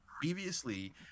previously